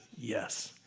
yes